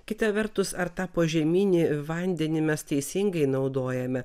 kita vertus ar tą požeminį vandenį mes teisingai naudojame